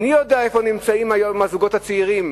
אני יודע איפה נמצאים היום הזוגות הצעירים.